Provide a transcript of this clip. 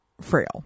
frail